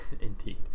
indeed